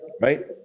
Right